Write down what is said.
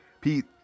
pete